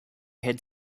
had